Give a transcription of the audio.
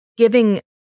giving